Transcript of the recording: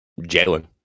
Jalen